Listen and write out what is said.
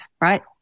right